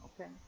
okay